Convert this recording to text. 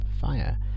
fire